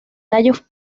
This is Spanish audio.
tallos